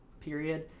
period